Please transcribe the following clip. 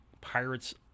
Pirates